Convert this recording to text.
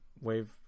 wave